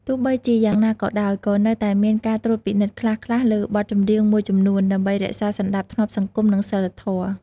ទោះបីជាយ៉ាងណាក៏ដោយ ក៏នៅតែមានការត្រួតពិនិត្យខ្លះៗលើបទចម្រៀងមួយចំនួន ដើម្បីរក្សាសណ្ដាប់ធ្នាប់សង្គម និងសីលធម៌។